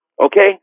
Okay